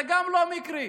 גם זה לא מקרי.